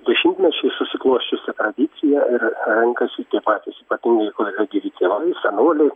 dešimtmečiais susiklosčiusią tradiciją ir renkasi tie patys ypatingai kur yra gyvi tėvai senoliai